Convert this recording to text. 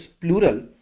plural